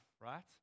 right